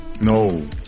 No